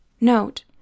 Note